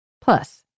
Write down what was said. Plus